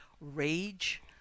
rage